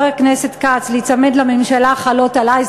הכנסת כץ להיצמד להצעת הממשלה חלות עלי.